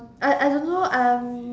I I don't know I'm